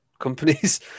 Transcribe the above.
companies